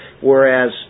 whereas